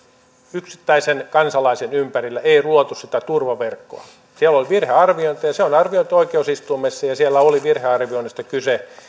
yksittäisen kansalaisen ympärille ei luotu sitä turvaverkkoa siellä oli virhearviointeja se on arvioitu oikeusistuimessa ja siellä oli virhearvioinnista kyse